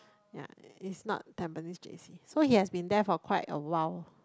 ya it's not Tampines J_C so he has been there for quite a while